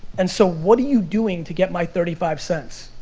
and so what are you doing to get my thirty five cents?